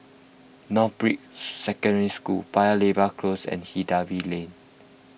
Northbrooks Secondary School Paya Lebar Close and Hindhede Lane